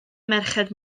merched